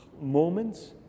moments